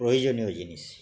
প্রয়োজনীয় জিনিস